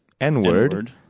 N-word